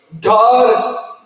God